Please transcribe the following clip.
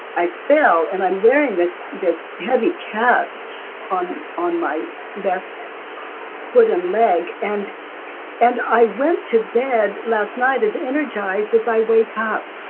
i fell and i'm wearing this this heavy cast on on my left foot and leg, and and i went to bed last night as energized as i wake up